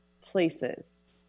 places